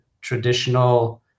traditional –